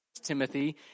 Timothy